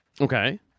Okay